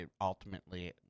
ultimately